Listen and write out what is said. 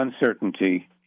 uncertainty